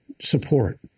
support